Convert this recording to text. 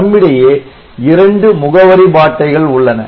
நம்மிடையே இரண்டு முகவரி பாட்டைகள் உள்ளன